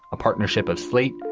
a partnership of slate,